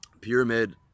pyramid